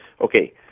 Okay